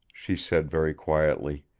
she said very quietly,